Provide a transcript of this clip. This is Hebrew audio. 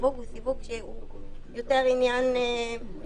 והסיווג הוא סיווג שהוא יותר עניין מקצועי